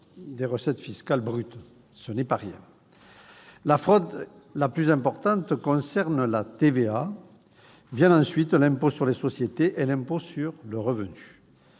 des recettes fiscales brutes. Ce n'est pas rien ! La fraude la plus importante concerne la TVA. Viennent ensuite l'impôt sur les sociétés et l'impôt sur le revenu.